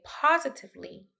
Positively